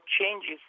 changes